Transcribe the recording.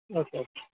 okay okay